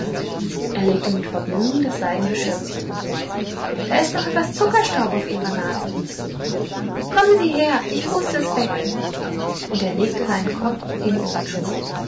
er legte mit vergnügen das seidne schürzchen um da ist noch etwas zuckerstaub auf ihrer nase rief sie kommen sie her ich puste es weg und er legte seinen kopf in ihren schoß